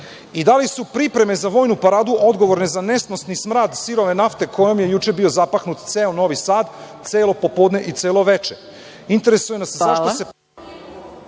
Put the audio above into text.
i da li su pripreme za vojnu paradu odgovorne za nesnosni smrad sirove nafte kojoj je juče bio zapahnut ceo Novi Sad celo popodne i celo veče? **Maja Gojković**